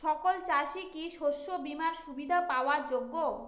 সকল চাষি কি শস্য বিমার সুবিধা পাওয়ার যোগ্য?